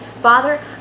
Father